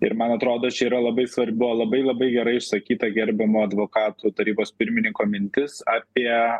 ir man atrodo čia yra labai svarbu labai labai gerai išsakyta gerbiamo advokatų tarybos pirmininko mintis apie